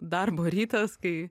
darbo rytas kai